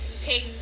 take